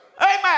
Amen